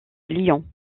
lyon